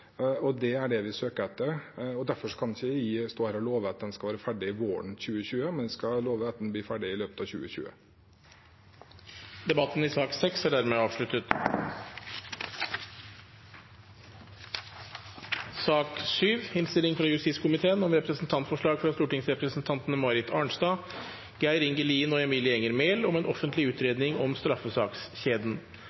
og det er det vi søker. Derfor kan jeg ikke stå her og love at den skal være ferdig våren 2020, men jeg skal love at den blir ferdig i løpet av 2020. Flere har ikke bedt om ordet til sak nr. 6. Etter ønske fra justiskomiteen vil presidenten ordne debatten slik: 5 minutter til hver partigruppe og